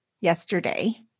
yesterday